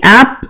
app